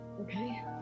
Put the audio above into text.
Okay